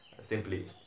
Simply